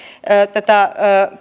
tätä